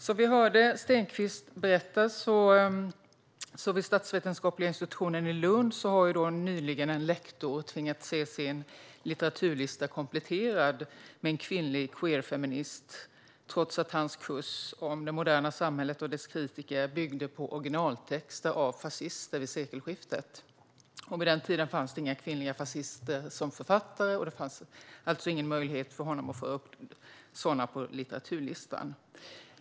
Som vi hörde Stenkvist berätta har vid statsvetenskapliga institutionen i Lund en lektor nyligen tvingats se sin litteraturlista kompletterad med en kvinnlig queerfeminist trots att hans kurs om det moderna samhället och dess kritiker byggde på originaltexter av fascister vid sekelskiftet. Vid den tiden fanns det inga kvinnliga fascister som var författare, och det fanns alltså ingen möjlighet för honom att få med sådana på hans litteraturlista.